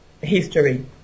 history